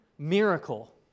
miracle